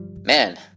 Man